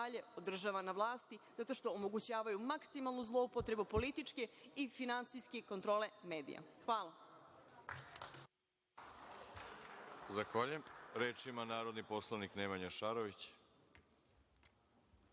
održava na vlasti, zato što omogućavaju maksimalnu zloupotrebu političke i finansijske kontrole medija. Hvala.